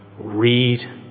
Read